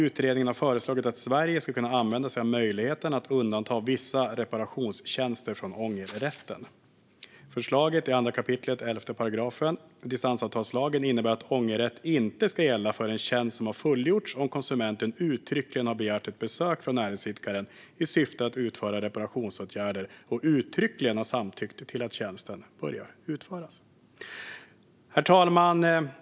Utredningen har föreslagit att Sverige ska kunna använda sig av möjligheten att undanta vissa reparationstjänster från ångerrätten. Förslaget i 2 kap. 11 § distansavtalslagen innebär att ångerrätt inte ska gälla förrän tjänsten har fullgjorts om konsumenten uttryckligen har begärt ett besök av näringsidkaren i syfte att utföra reparationsåtgärder och uttryckligen har samtyckt till att tjänsten börjar utföras. Herr talman!